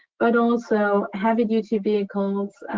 but also heavy-duty vehicles,